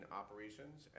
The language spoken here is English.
operations